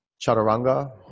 Chaturanga